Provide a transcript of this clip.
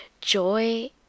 joy